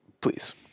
Please